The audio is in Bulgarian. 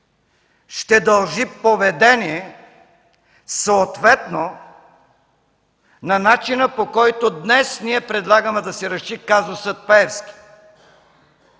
ще дължи поведение съответно на начина, по който днес ние предлагаме да се реши казусът „Пеевски”.